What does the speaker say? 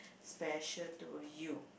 special to you